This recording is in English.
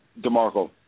DeMarco